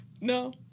No